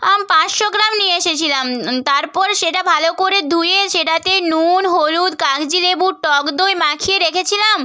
আম পাঁচশো গ্রাম নিয়ে এসেছিলাম তারপর সেটা ভালো করে ধুয়ে সেটাতে নুন হলুদ কাগজি লেবু টক দই মাখিয়ে রেখেছিলাম